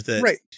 Right